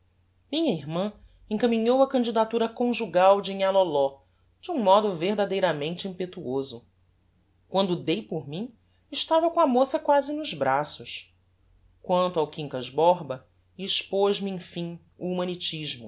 minha irmã encaminhou a candidatura conjugal de nhã loló de um modo verdadeiramente impetuoso quando dei por mim estava com a moça quasi nos braços quanto ao quincas borba expoz me emfim o humanitismo